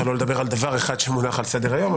לא לדבר על דבר אחד שמונח על סדר היום,